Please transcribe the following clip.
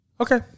Okay